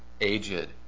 aged